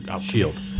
Shield